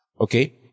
Okay